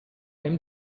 him